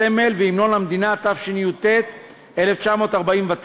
הסמל והמנון המדינה, התש"ט 1949,